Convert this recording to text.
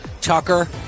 Tucker